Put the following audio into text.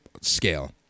scale